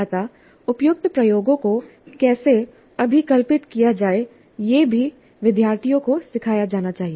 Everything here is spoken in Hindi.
अतः उपयुक्त प्रयोगों को कैसे अभिकल्पित किया जाए यह भी विद्यार्थियों को सिखाया जाना चाहिए